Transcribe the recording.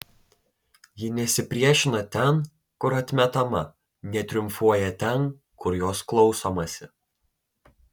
ji nesipriešina ten kur atmetama netriumfuoja ten kur jos klausomasi